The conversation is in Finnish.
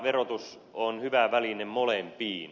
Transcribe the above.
verotus on hyvä väline molempiin